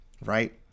right